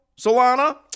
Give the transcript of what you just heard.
Solana